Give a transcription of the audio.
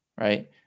right